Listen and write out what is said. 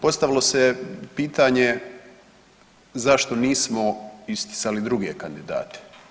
Postavilo se je pitanje zašto nismo isticali druge kandidate?